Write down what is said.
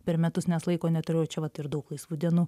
per metus nes laiko neturėjau čia vat ir daug laisvų dienų